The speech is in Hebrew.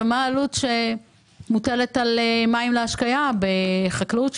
ומה העלות שמוטלת על מים להשקיה בחקלאות,